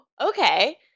okay